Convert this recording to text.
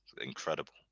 incredible